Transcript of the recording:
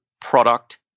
product